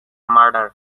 murder